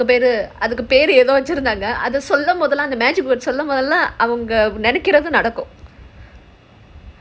பெரு அதுக்கு பெரு ஏதோ வச்சிருந்தாங்க அத சொல்லும் போதுலாம் அவங்க நெனைக்கிறது நடக்கும்:peru adhuku peru edho vachirunthaanga adha sollumpothellaam avanga nenaikrathu nadakum